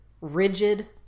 rigid